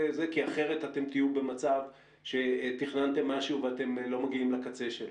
כי אחרת אתם תהיו במצב שתכננתם משהו ואתם לא מגיעים לקצה שלו?